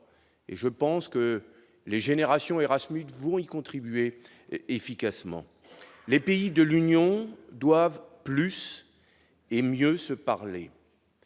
et je pense que les générations Erasmus vont y contribuer efficacement les pays de l'Union doivent plus et mieux se parler,